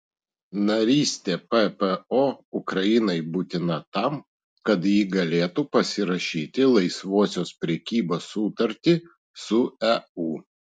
narystė ppo ukrainai būtina tam kad ji galėtų pasirašyti laisvosios prekybos sutartį su eu